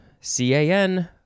C-A-N